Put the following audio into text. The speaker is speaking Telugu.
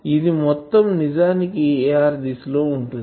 ఇది మొత్తం నిజానికి ar దిశ లో ఉంటుంది